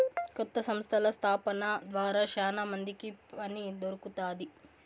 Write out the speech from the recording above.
కొత్త సంస్థల స్థాపన ద్వారా శ్యానా మందికి పని దొరుకుతాది